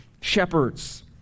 shepherds